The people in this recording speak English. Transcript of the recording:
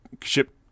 ship